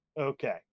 okay